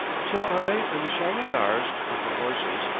so i, and the charvadars, with the horses,